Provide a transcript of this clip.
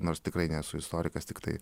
nors tikrai nesu istorikas tiktai